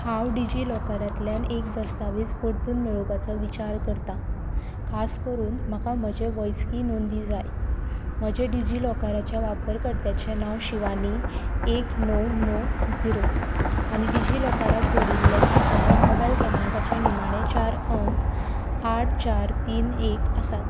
हांव डिजिलॉकरांतल्यान एक दस्तावेज परतून मेळोवपाचो विचार करता खास करून म्हाका म्हजें वैजकी नोंदी जाय म्हजें डिजिलॉकराचे वापरकर्त्याचें नांव शिवानी एक णव णव जिरो आनी डिजिलॉकराक जोडिल्ल्या म्हज्या मोबायल क्रमांकाचे निमाणें चार अंक आठ चार तीन एक आसात